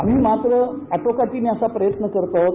आम्ही मात्र आटोक्यात येईल असा प्रयत्न करत आहोत